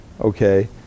Okay